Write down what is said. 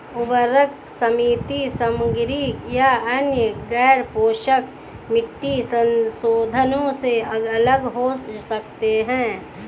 उर्वरक सीमित सामग्री या अन्य गैरपोषक मिट्टी संशोधनों से अलग हो सकते हैं